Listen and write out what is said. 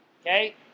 okay